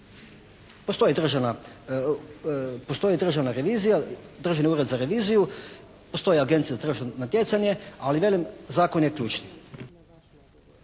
Postoji državna revizija, Državni ured za reviziju, postoji Agencija za tržišno natjecanje, ali velim zakon je ključni.